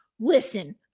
listen